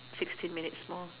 sixteen minutes more